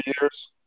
years